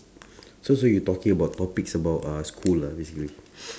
so so you talking about topics about uh school ah basically